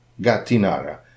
Gattinara